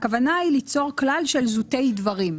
הכוונה היא ליצור כלל של זוטי דברים.